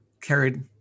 carried